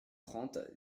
trente